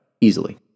Easily